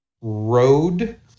road